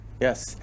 yes